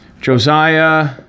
Josiah